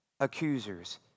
accusers